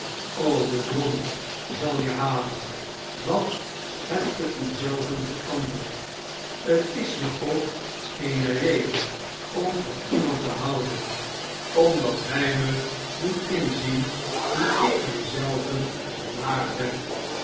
de drommel zal je halen wat hebt ge u zelven veranderd t is me ook eene reden om van iemand te houden omdat hjj me doet inzien hoe ik mjj zelven verlaagd heb